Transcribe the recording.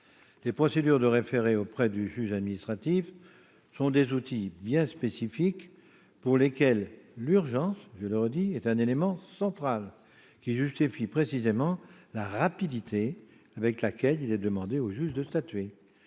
Les procédures de référé auprès du juge administratif sont des outils bien spécifiques, pour lesquels l'urgence, je le redis, est un élément central, qui justifie précisément la rapidité avec laquelle il est demandé au juge de statuer.